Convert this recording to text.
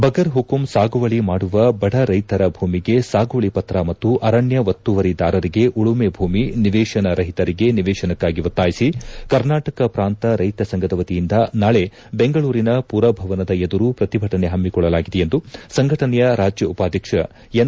ಬಗುರ್ಪುಕುಂ ಸಾಗುವಳಿ ಮಾಡುವ ಬಡ ರೈತರ ಭೂಮಿಗೆ ಸಾಗುವಳಿ ಪತ್ರ ಮತ್ತು ಅರಣ್ಯ ಒತ್ತುವರಿದಾರರಿಗೆ ಉಳುಮೆ ಭೂಮಿ ನಿವೇಶನ ರಹಿತರಿಗೆ ನಿವೇಶನಕ್ಕಾಗಿ ಒತ್ತಾಯಿಸಿ ಕರ್ನಾಟಕ ಪ್ರಾಂತ ರೈತ ಸಂಘದ ವತಿಯಿಂದ ನಾಳೆ ಬೆಂಗಳೂರಿನ ಮರಭವನದ ಎದುರು ಪ್ರತಿಭಟನೆ ಹಮ್ಮಿಕೊಳ್ಳಲಾಗಿದೆ ಎಂದು ಸಂಘಟನೆಯ ರಾಜ್ಯ ಉಪಾಧ್ವಕ್ಷ ಎನ್